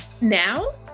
Now